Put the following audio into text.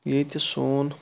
ییٚتہِ سون